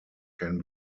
can